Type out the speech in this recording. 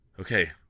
Okay